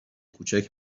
کوچک